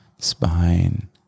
spine